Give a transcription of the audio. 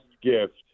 gift